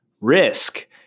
Risk